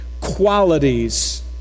qualities